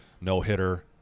no-hitter